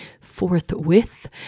forthwith